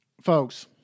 folks